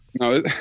No